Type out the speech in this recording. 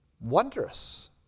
wondrous